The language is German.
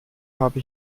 habe